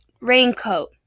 raincoat